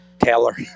Taylor